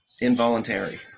involuntary